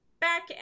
back